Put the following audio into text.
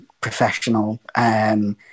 professional